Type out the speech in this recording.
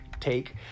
take